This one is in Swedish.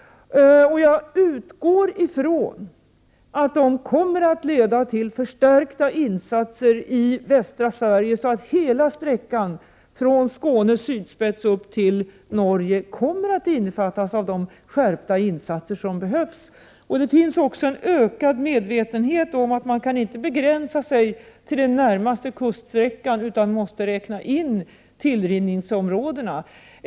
Jag utgår från att förslagen kommer att leda till förstärkta insatser i västra Sverige, så att hela sträckan, från Skånes sydspets och upp till Norge, kommer att omfattas av de skärpta insatser som är nödvändiga. Det finns också en ökad medvetenhet om att man inte kan begränsa åtgärderna till den närmaste kuststräckan, utan att även tillrinningsområdena måste omfattas av insatserna.